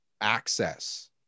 access